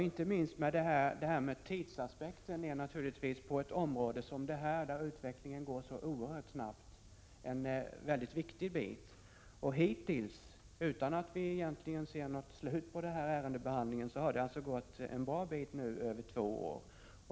Herr talman! Inte minst tidsaspekten är naturligtvis på ett område som detta, där utvecklingen går så oerhört snabbt, mycket viktig. Hittills — utan att vi egentligen ser något slut på ärendebehandlingen — har det alltså gått en bra bit över två år.